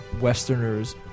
westerners